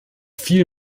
viel